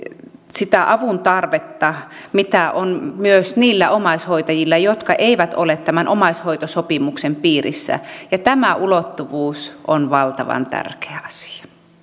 sitä avuntarvetta mitä on myös niillä omaishoitajilla jotka eivät ole tämän omaishoitosopimuksen piirissä tämä ulottuvuus on valtavan tärkeä asia se